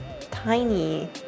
tiny